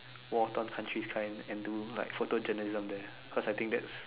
war term countries kind and do like photojournalism there cause I think that's